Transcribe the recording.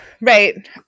right